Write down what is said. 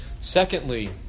Secondly